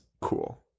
cool